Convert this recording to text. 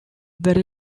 very